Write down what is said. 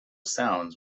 sounds